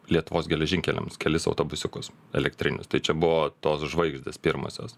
lietuvos geležinkeliams kelis autobusiukus elektrinius tai čia buvo tos žvaigždės pirmosios